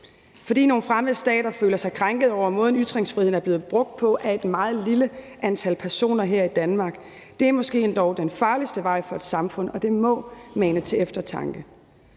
fordi nogle fremmede stater føler sig krænkede over måden, ytringsfriheden er blevet brugt på af et meget lille antal personer her i Danmark. Det er måske endog den farligste vej for et samfund, og det må mane til eftertanke.